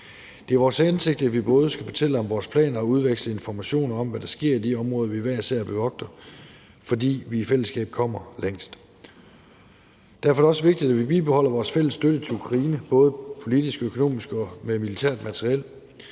Det er vores hensigt, at vi både skal fortælle om vores planer og udveksle informationer om, hvad der sker i de områder, vi hver især bevogter, fordi vi i fællesskab kommer længst. Derfor er det også vigtigt, at vi bibeholder vores fælles støtte til Ukraine både politisk, økonomisk og med militært materiel.